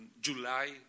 July